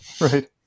right